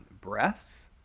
breasts